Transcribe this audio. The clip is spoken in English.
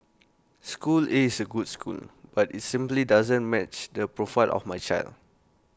school A is A good school but IT simply doesn't match the profile of my child